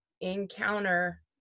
encounter